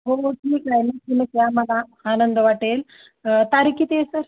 हो हो ठीक आहे ना तुम्ही या आम्हाला आनंद वाटेल तारीख किती आहे सर